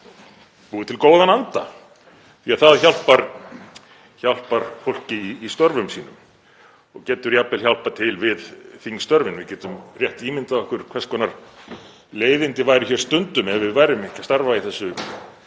búi til góðan anda, því að það hjálpar fólki í störfum sínum og getur jafnvel hjálpað til við þingstörfin. Við getum rétt ímyndað okkur hvers konar leiðindi væru hér stundum ef við værum ekki að starfa í þessu